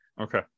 Okay